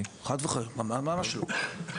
חד וחלק, ממש לא.